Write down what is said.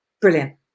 Brilliant